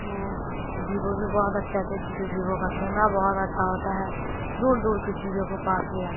تو بیوو بھی بہت اچھے ہوتے ہے کیونکہ بیوو کا کیمرہ بہت اچھا ہوتا ہے دور دور کی چیزوں کو پاس لے آ